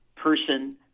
person